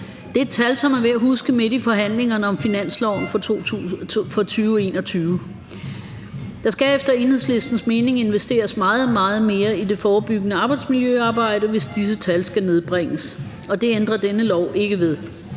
Det er tal, som er værd at huske midt i forhandlingerne om finansloven for 2021. Der skal efter Enhedslistens mening investeres meget, meget mere i det forebyggende arbejdsmiljøarbejde, hvis disse tal skal nedbringes, og det ændrer denne lov ikke ved.